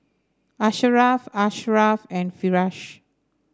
Asharaff Asharaff and Firash